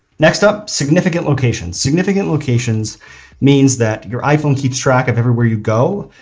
next up significant locations. significant locations means that your iphone keeps track of everywhere you go,